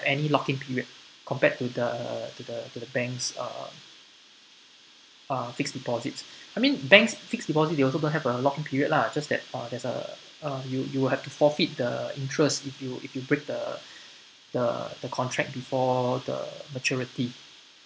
any lock in period compared to the to the to the banks uh uh fixed deposits I mean banks fixed deposit they also don't have a lock in period lah just that uh there's uh uh you you will have to forfeit the interest with you if you break the the the contract before the maturity